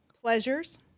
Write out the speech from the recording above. pleasures